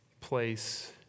place